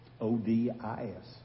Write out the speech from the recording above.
O-D-I-S